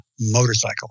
motorcycle